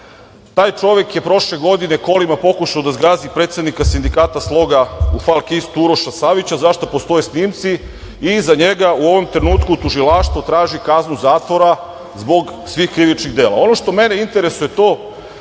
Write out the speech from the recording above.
Taj čovek je prošle godine kolima pokušao da zgazi predsednika Sindikata „Sloga“ u „Falk istu“ Uroša Savića, za šta postoje snimci. Za njega u ovom trenutku tužilaštvo traži kaznu zatvora zbog svih krivičnih dela. Ono